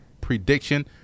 prediction